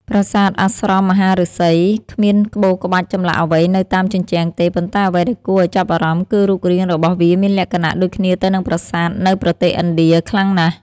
ប្រាសាទអាស្រមមហាឫសី គ្មានក្បូរក្បាច់ចម្លាក់អ្វីនៅតាមជញ្ជាំងទេ ប៉ុន្តែអ្វីដែលគួរឱ្យចាប់អារម្មណ៍គឺរូបរាងរបស់វាមានលក្ខណៈដូចគ្នាទៅនឹងប្រាសាទនៅប្រទេសឥណ្ឌាខ្លាំងណាស់។